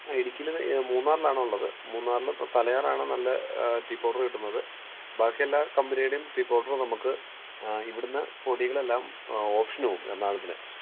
ആ ഇടുക്കിയിലെ മൂന്നാറിലാണ് ഉള്ളത് മൂന്നാറിൽ തലയാറാണ് നല്ല ടീ പൗഡറ് കിട്ടുന്നത് ബാക്കി എല്ലാ കമ്പനിയുടെയും ടീ പൗഡർ നമുക്ക് ഇവിടെ നിന്ന് പൊടികളെല്ലാം ഓപ്ഷനോവും എറണാകുളത്തിന്